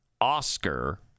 Oscar